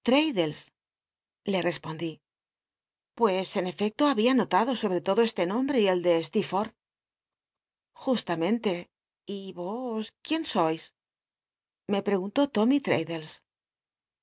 le respondí pues en efecto había notado sobre todo este nombre y el de ste justamente y ros quién sois me preguntó